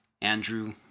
Andrew